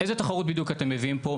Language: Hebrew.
איזה תחרות בדיוק אתם מביאים פה?